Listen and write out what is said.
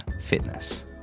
Fitness